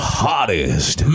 hottest